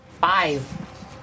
Five